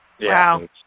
Wow